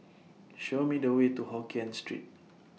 Show Me The Way to Hokkien Street